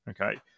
Okay